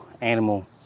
animal